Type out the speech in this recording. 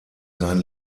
sein